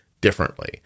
differently